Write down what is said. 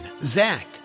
Zach